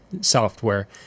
software